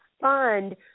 fund